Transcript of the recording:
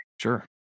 sure